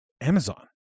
Amazon